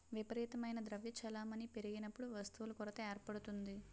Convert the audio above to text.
విపరీతమైన ద్రవ్య చలామణి పెరిగినప్పుడు వస్తువుల కొరత ఏర్పడుతుంది